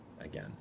again